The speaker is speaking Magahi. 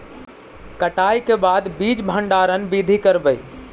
कटाई के बाद बीज भंडारन बीधी करबय?